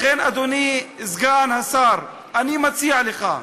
לכן, אדוני, סגן השר, אני מציע לך: